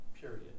period